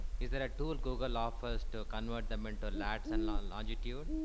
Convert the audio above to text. is there a tool google offers to convert them into lats and longitude?